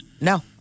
No